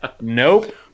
nope